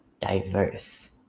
diverse